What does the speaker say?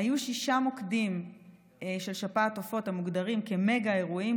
היו שישה מוקדים של שפעת עופות המוגדרים כמגה-אירועים,